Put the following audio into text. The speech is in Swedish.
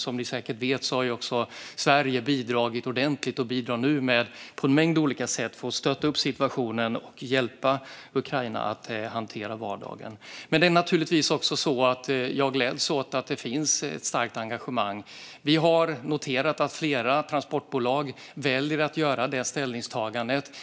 Som ni säkert vet har Sverige bidragit ordentligt och bidrar nu på en mängd olika sätt för att stötta Ukraina och för att hjälpa folket att hantera vardagen. Jag gläds åt att det finns ett starkt engagemang. Vi har noterat att flera transportbolag väljer att göra ett sådant ställningstagande.